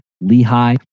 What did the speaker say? Lehigh